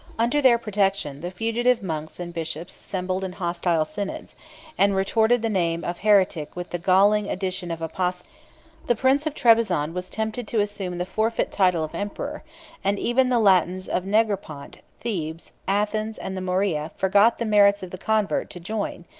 under their protection, the fugitive monks and bishops assembled in hostile synods and retorted the name of heretic with the galling addition of apostate the prince of trebizond was tempted to assume the forfeit title of emperor and even the latins of negropont, thebes, athens, and the morea, forgot the merits of the convert, to join,